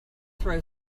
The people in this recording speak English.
throw